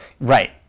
Right